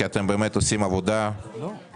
כי אתם באמת עושים עבודה נהדרת.